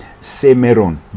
semeron